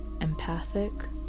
empathic